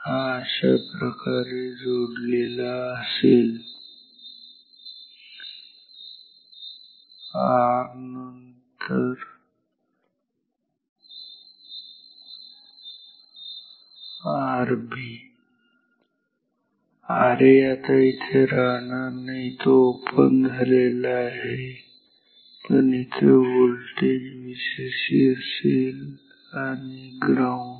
हा अशाप्रकारे जोडलेला असेल R नंतर Rb Ra हा आता इथे राहणार नाही तो ओपन झालेला आहे पण इथे व्होल्टेज Vcc असेल आणि ग्राउंड